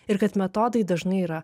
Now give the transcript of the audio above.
ir kad metodai dažnai yra